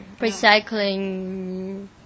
recycling